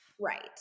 Right